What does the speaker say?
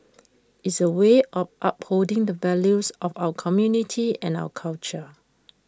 is A way of upholding the values of our community and our culture